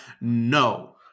No